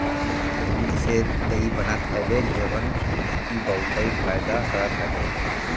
दूध से दही बनत हवे जवन की बहुते फायदा करत हवे